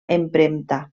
empremta